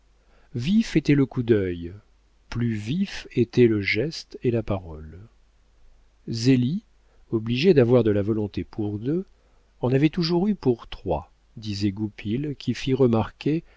était le coup d'œil plus vifs étaient le geste et la parole zélie obligée d'avoir de la volonté pour deux en avait toujours eu pour trois disait goupil qui fit remarquer